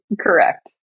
correct